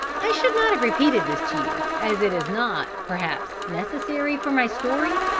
i should not have repeated this to you, as it is not, perhaps, necessary for my story,